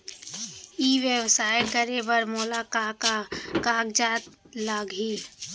ई व्यवसाय करे बर मोला का का कागजात लागही?